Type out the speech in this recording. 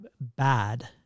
bad